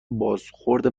بازخورد